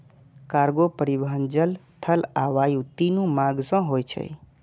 cargo परिवहन जल, थल आ वायु, तीनू मार्ग सं होय छै